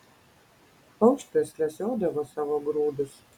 paukštis lesiodavo savo grūdus